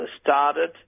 started